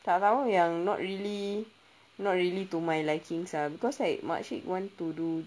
tak tahu yang not really not really to my likings ah because like makcik want to do